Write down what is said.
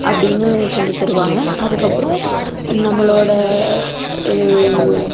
அப்படின்னு சொல்லி தருவாங்க அதுக்கு அப்புறம் நம்மளோடய